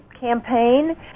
campaign